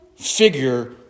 figure